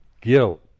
guilt